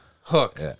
hook